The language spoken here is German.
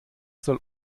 soll